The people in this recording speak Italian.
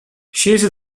scese